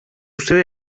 sede